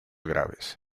graves